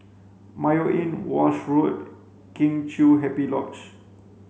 Mayo Inn Walshe Road Kheng Chiu Happy Lodge